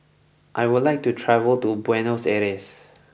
I would like to travel to Buenos Aires